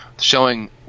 showing